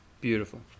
Beautiful